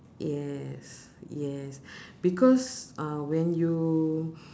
yes yes because uh when you